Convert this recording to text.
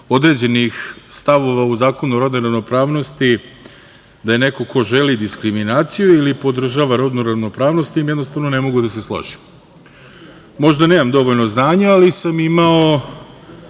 određenih stavova u Zakonu o rodnoj ravnopravnosti da je neko ko želi diskriminaciju ili podržava rodnu ravnopravnost, sa tim jednostavno ne mogu da se složim. Možda nemam dovoljno znanja, ali sam imao